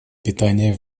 питания